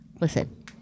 Listen